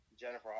Jennifer